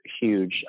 huge